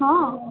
ହଁ